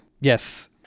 yes